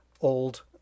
old